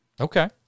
Okay